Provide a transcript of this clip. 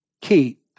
keep